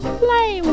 play